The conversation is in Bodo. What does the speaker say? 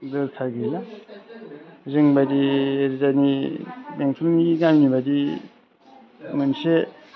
दरखार गैला जोंबायदि जोंनि बेंटलनि गामिबायदि मोनसे